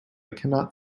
cannot